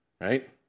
right